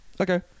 Okay